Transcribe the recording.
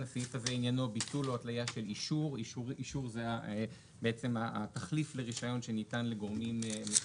אושר מי בעד סעיף 13?